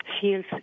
feels